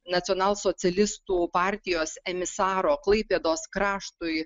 nacionalsocialistų partijos emisaru klaipėdos kraštui